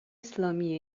اسلامی